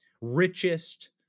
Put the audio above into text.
richest